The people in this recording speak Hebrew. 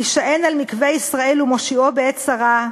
יישען על מקווה ישראל ומושיעו בעת צרה,